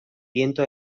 viento